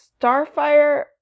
Starfire